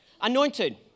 Anointed